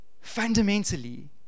Fundamentally